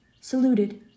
saluted